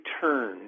turn